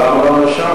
למה לא נרשמת?